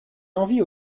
envie